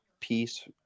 piece